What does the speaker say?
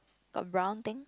got brown thing